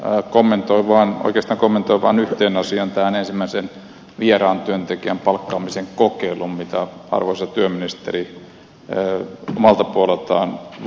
oikeastaan kommentoin vain yhtä asiaa tätä ensimmäisen vieraan työntekijän palkkaamisen kokeilua mihin arvoisa työministeri omalta puoleltaan vastasi